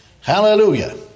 Hallelujah